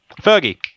Fergie